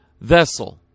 vessel